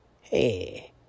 Hey